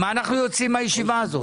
עם מה אנחנו יוצאים מהישיבה הזאת?